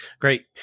Great